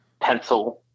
pencil